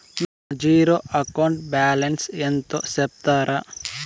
నా zero account balance ఎంతో సెప్తారా?